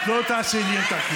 את לא תעשי לי קרקס.